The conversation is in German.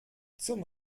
zum